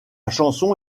chanson